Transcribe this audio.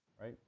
right